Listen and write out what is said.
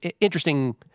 interesting